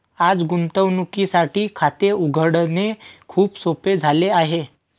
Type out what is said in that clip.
आज गुंतवणुकीसाठी खाते उघडणे खूप सोपे झाले आहे